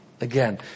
Again